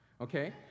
okay